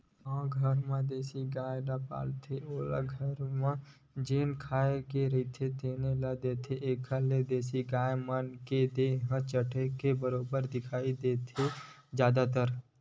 गाँव घर म देसी गाय ल पालथे ओला घरे म जेन खाए के रहिथे तेने ल देथे, एखर ले देसी गाय मन के देहे ह झटके बरोबर दिखथे जादातर